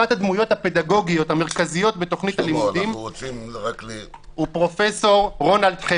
אחת הדמויות הפדגוגיות המרכזיות בתכנית הלימודים היא פרופ' רונלד חפץ.